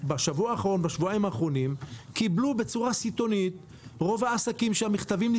בשבוע-שבועיים האחרונים רוב העסקים שם קיבלו